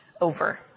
over